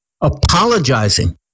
apologizing